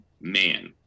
man